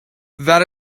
that